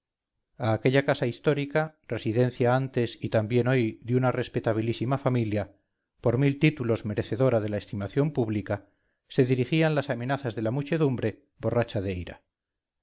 aquella casa histórica residencia antes y también hoy de una respetabilísima familia por mil títulos merecedora de la estimación pública se dirigían las amenazas de la muchedumbre borracha de ira